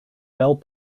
bell